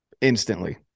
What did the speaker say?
instantly